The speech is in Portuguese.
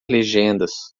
legendas